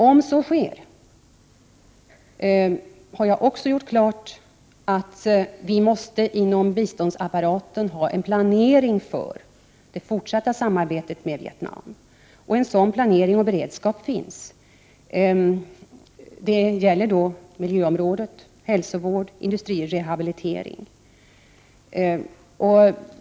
Jag har också gjort klart att om så sker måste vi inom biståndsapparaten ha en planering för det fortsatta samarbetet med Vietnam. En sådan planering och beredskap finns. Det gäller miljöområdet, Prot. 1988/89:99 hälsovård och industrirehabilitering.